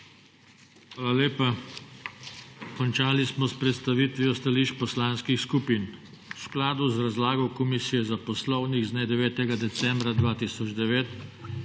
Hvala lepa. Končali smo s predstavitvijo stališč poslanskih skupin. V skladu z razlago Komisije za poslovnik z dne 9. decembra 2009